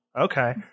okay